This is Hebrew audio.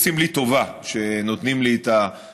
עושים לי טובה שנותנים לי את החומר,